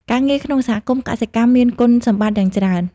ការងារក្នុងសហគមន៍កសិកម្មមាន គុណសម្បត្តិ យ៉ាងច្រើន។